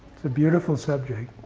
it's a beautiful subject.